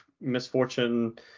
misfortune